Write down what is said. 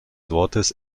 wortes